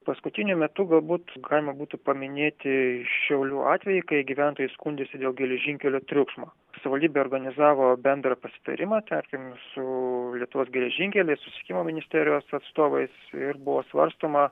paskutiniu metu galbūt galima būtų paminėti šiaulių atvejį kai gyventojai skundėsi dėl geležinkelio triukšmo savivaldybė organizavo bendrą pasitarimą tarkim su lietuvos geležinkeliais susisiekimo ministerijos atstovais ir buvo svarstoma